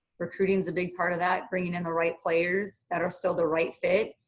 recruiting is a big part of that, bringing in the right players that are still the right fit.